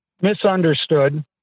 Misunderstood